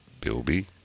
Bilby